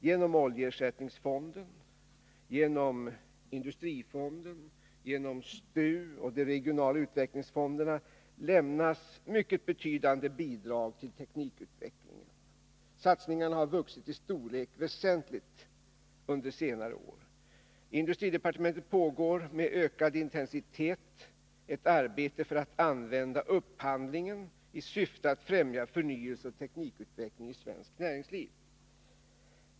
Genom oljeersättningsfonden, industrifonden, STU och de regionala utvecklingsfonderna lämnas mycket betydande bidrag till teknikutvecklingen; satsningarna har vuxit i storlek väsentligt under senare år. I industridepartementet pågår med ökad intensitet ett arbete för att använda upphandlingen i syfte att främja förnyelse och teknikutveckling i svenskt näringsliv.